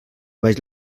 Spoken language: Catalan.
baix